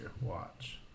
Watch